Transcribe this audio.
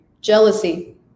jealousy